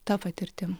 ta patirtim